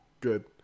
good